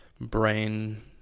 brain